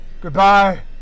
Goodbye